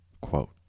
quote